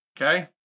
okay